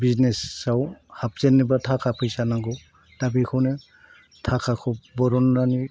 बिजनेसाव हाबजेननोबा थाखा फैसा नांगौ दा बेखौनो थाखाखौ दिहुननानै